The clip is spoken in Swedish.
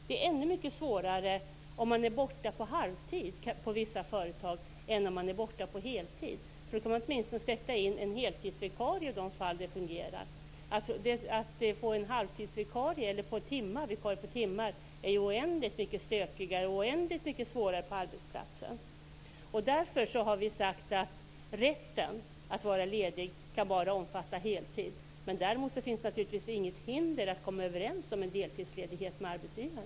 Det är ännu mycket svårare att vara borta på halvtid än på heltid på vissa företag. Är man borta på heltid kan företaget åtminstone sätta in en heltidsvikarie i de fall det fungerar. Att få en halvtidsvikarie eller en vikarie som arbetar enstaka timmar är oändligt mycket stökigare och oändligt mycket svårare för arbetsplatsen. Därför har vi sagt att rätten att vara ledig bara kan omfatta begäran om heltidsledighet. Däremot finns det naturligtvis inget hinder när det gäller att komma överens om en deltidsledighet med arbetsgivaren.